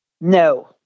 No